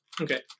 Okay